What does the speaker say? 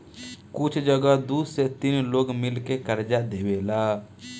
कुछ जगह दू से तीन लोग मिल के कर्जा देवेला